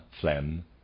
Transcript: phlegm